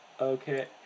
Okay